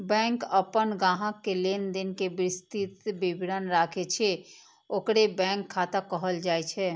bank अपन ग्राहक के लेनदेन के विस्तृत विवरण राखै छै, ओकरे बैंक खाता कहल जाइ छै